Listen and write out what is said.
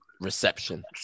reception